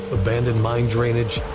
abandoned mine drainage,